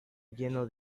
lleno